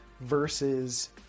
versus